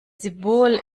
symbol